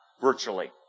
virtually